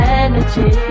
energy